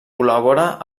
col·labora